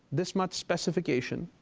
this much specification,